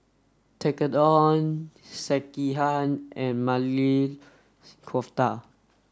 Tekkadon Sekihan and Maili Kofta